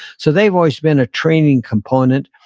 so they've always been a training component,